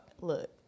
Look